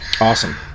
Awesome